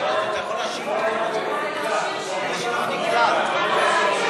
הצעת חוק שכירות הוגנת (הוראת שעה ותיקוני חקיקה),